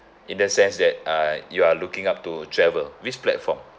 in the sense that uh you are looking up to travel which platform